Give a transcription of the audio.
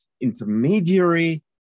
intermediary